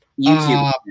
YouTube